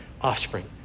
offspring